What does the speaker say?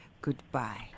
Goodbye